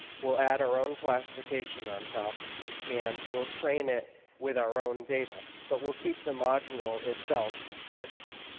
we'll add our own classification on top and we'll train it with our own data, but we'll keep the module itself fixed.